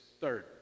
Third